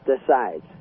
decides